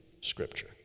Scripture